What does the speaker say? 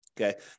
Okay